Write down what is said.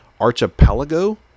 Archipelago